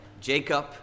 Jacob